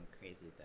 crazy